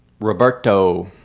Roberto